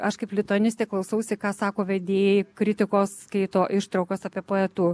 aš kaip lituanistė klausausi ką sako vedėjai kritikos skaito ištraukas apie poetų